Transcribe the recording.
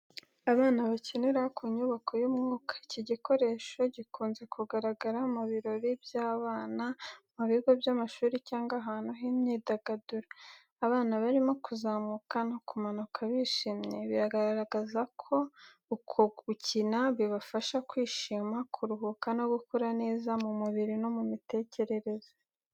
Abana bakinira ku nyubako y’umwuka. Iki gikoresho gikunze kugaragara mu birori by’abana, mu bigo by’amashuri cyangwa ahantu h’imyidagaduro. Abana barimo kuzamuka no kumanuka bishimye, bigaragaza uko gukina bibafasha kwishima, kuruhuka no gukura neza mu mubiri no mu mitekerereze.